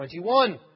21